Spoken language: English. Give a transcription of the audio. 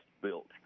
built